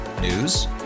News